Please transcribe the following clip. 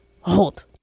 Hold